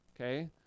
okay